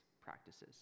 practices